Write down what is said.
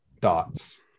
dots